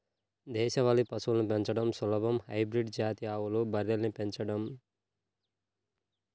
దేశవాళీ పశువులను పెంచడం సులభం, హైబ్రిడ్ జాతి ఆవులు, బర్రెల్ని పెంచడంలో తగిన జాగర్తలు తప్పనిసరిగా తీసుకోవాల